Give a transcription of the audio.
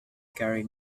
carry